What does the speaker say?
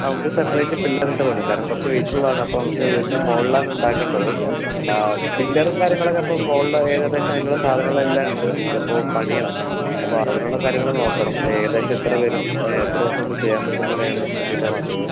നമുക്ക് separate pillar ഇട്ട് വേണം കാരണം കുറച്ച് വെയ്റ്റ് ഉള്ളതാണ് അപ്പോൾ നമുക്ക് വീടിന്റെ മുകളിൽ ആണ് ഉണ്ടാക്കേണ്ടത് പില്ലറും കാര്യങ്ങളൊക്കെ അപ്പോൾ മുകളില് ഏകദേശം അതിന് ഉള്ള സാധനങ്ങൾ എല്ലാം ഉണ്ട് നമുക്ക് അപ്പോൾ പണിയണം അപ്പോൾ അതിന് ഉള്ള കാര്യങ്ങൾ നോക്കണം ഏകദേശം എത്ര വരും എത്ര ദിവസം കൊണ്ട് ചെയ്യാൻ പറ്റുമെന്ന് അറിയാൻ വേണ്ടിയിട്ടാണ് വന്നത്